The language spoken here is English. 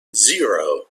zero